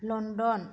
London